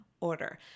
order